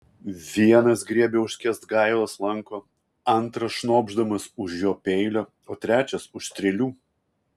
vienas griebia už kęsgailos lanko antras šnopšdamas už jo peilio o trečias už strėlių